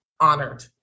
honored